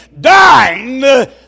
Dying